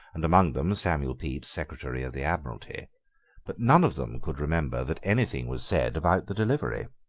and among them samuel pepys, secretary of the admiralty but none of them could remember that anything was said about the delivery.